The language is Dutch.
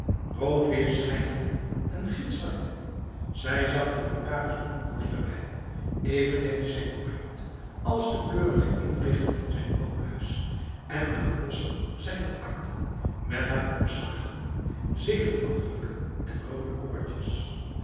roodweerschijnende en gitzwarte zij zag de notaris bronkhorst erbij even netjes en correct als de keurige inrichting van zijn woonhuis en de grossen zijner akten met haar omslagen zegelafdrukken en rode koordjes